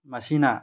ꯃꯁꯤꯅ